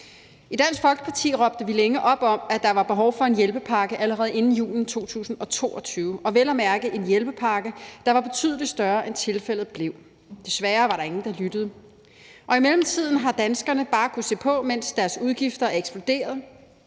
I Dansk Folkeparti råbte vi længe op om, at der var behov for en hjælpepakke allerede inden julen 2022; vel at mærke en hjælpepakke, der var betydelig større, end den i det her tilfælde blev. Desværre var der ingen, der lyttede. I mellemtiden har danskerne bare kunnet se på, mens deres udgifter er eksploderet,